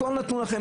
הכול נתנו לכם,